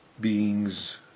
Beings